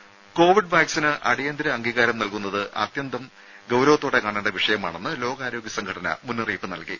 രുമ കോവിഡ് വാക്സിന് അടിയന്തര അംഗീകാരം നൽകുന്നത് അത്യന്തരം ഗൌരവത്തോടെ കാണേണ്ട വിഷയമാണെന്ന് ലോകാരോഗ്യ സംഘടന മുന്നറിയിപ്പ് നൽകി